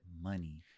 money